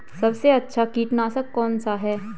सबसे अच्छा कीटनाशक कौन सा है?